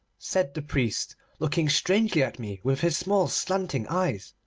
said the priest, looking strangely at me with his small slanting eyes.